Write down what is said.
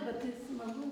bet tai smagu